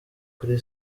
kuri